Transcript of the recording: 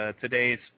today's